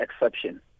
exception